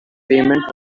payment